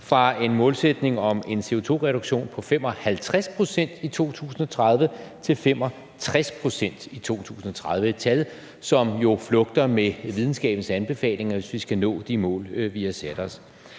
fra en målsætning om en CO2-reduktion på 55 pct. i 2030 til 65 pct. i 2030 – et tal, som jo flugter med videnskabens anbefalinger, hvis vi skal nå de mål, vi har